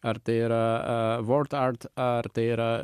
ar tai yra vogta ar tai yra